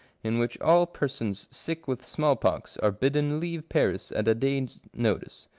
in which all persons sick with smallpox are bidden leave paris at a day's notice,